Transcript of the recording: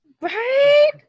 Right